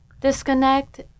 disconnect